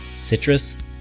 citrus